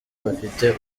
bafite